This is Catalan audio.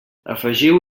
afegiu